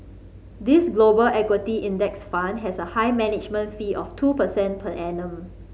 this Global Equity Index Fund has a high management fee of two percent per annum